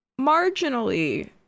marginally